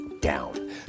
down